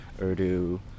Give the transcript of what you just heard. Urdu